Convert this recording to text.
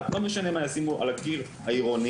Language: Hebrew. לא משנה מה ישימו על הקיר העירוני,